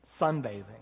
sunbathing